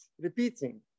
repeating